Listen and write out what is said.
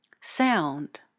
Sound